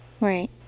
Right